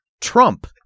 Trump